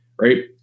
Right